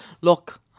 look